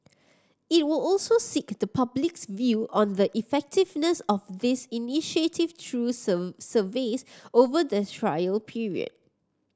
it will also seek the public's view on the effectiveness of this initiative through surveys over the trial period